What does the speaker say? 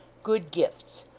good gifts,